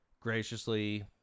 graciously